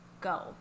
go